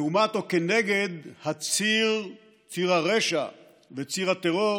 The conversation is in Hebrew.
לעומת או כנגד ציר הרשע וציר הטרור